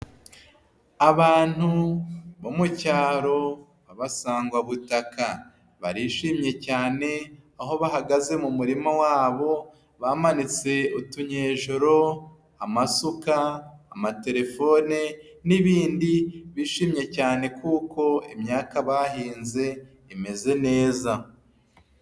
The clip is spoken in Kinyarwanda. Abantu bo mu cyaro babasangwabutaka barishimye cyane aho bahagaze mu murima wabo bamanitse utunyejoro, amasuka, amatelefone n'ibindi bishimye cyane, kuko imyaka bahinze imeze neza.